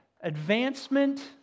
advancement